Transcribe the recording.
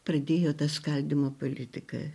pradėjo tą skaldymo politiką